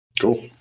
cool